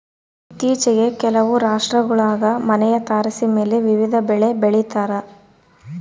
ಇತ್ತೀಚಿಗೆ ಕೆಲವು ರಾಷ್ಟ್ರಗುಳಾಗ ಮನೆಯ ತಾರಸಿಮೇಲೆ ವಿವಿಧ ಬೆಳೆ ಬೆಳಿತಾರ